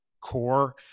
core